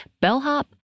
bellhop